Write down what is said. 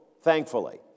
thankfully